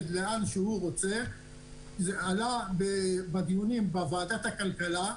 לאן שהוא רוצה זה עלה בדיונים בוועדת הכלכלה,